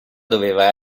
doveva